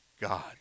God